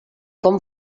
com